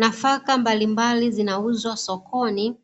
Nafaka mbalimbali zinauzwa sokoni